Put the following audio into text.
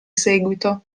seguito